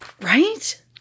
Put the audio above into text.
Right